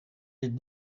est